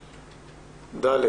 ד',